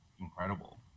incredible